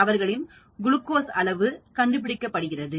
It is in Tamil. அவர்களின் குளுக்கோஸ் அளவு கண்டுபிடிக்கப்படுகிறது